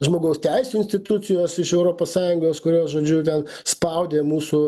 žmogaus teisių institucijos iš europos sąjungos kurios žodžiu ten spaudė mūsų